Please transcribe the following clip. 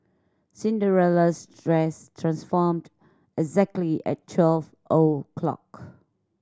Cinderella's dress transformed exactly at twelve o'clock